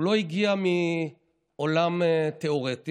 הוא לא הגיע מהעולם התיאורטי